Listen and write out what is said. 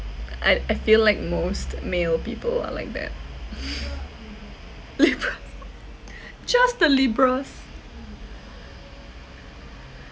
I I feel like most male people are like that libras just the libras